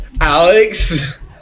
Alex